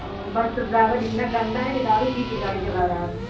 और बस का ड्राइवर इतना गंदा है कि दारू पी कर गाड़ी चला रहा था